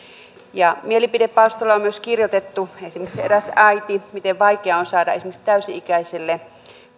mielipidepalstoilla on myös kirjoitettu esimerkiksi eräs äiti kirjoitti miten vaikeaa on saada täysi ikäiselle